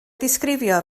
ddisgrifio